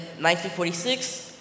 1946